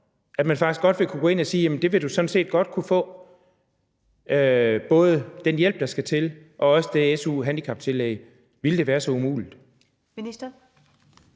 at man faktisk godt ville kunne gå ind og sige, at det ville vedkommende sådan set godt kunne få, både den hjælp, der skal til, og også det su-handicaptillæg. Ville det være så umuligt?